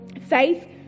Faith